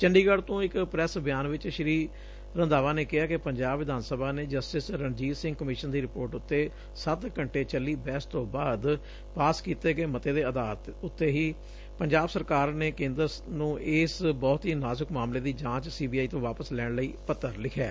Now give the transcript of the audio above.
ਚੰਡੀਗੜ ਤੋਂ ਇਕ ਪ੍ਰੈਸ ਬਿਆਨ ਵਿਚ ਸ਼ੀ ਰੰਧਾਵਾ ਨੇ ਕਿਹਾ ਕਿ ਪੰਜਾਬ ਵਿਧਾਨ ਸਭਾ ਨੇ ਜਸਟਿਸ ਰਣਜੀਤ ਸਿੰਘ ਕਮਿਸ਼ਨ ਦੀ ਰਿਪੋਰਟ ਉੱਤੇ ਸੱਤ ਘੰਟੇ ਚੱਲੀ ਬਹਿਸ ਤੋਂ ਬਾਅਦ ਪਾਸ ਕੀਤੇ ਗਏ ਮਤੇ ਦੇ ਅਧਾਰ ਉੱਤੇ ਹੀ ਪੰਜਾਬ ਸਰਕਾਰ ਨੇ ਕੇਂਦਰ ਨੂੰ ਇਸ ਬਹੁਤ ਹੀ ਨਾਜ਼ਕ ਮਾਮਲੇ ਦੀ ਜਾਂਚ ਸੀਬੀਆਈ ਤੋਂ ਵਾਪਸ ਲੈਣ ਲਈ ਪੱਤਰ ਲਿਖਿਆ